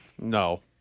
No